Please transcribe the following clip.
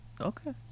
Okay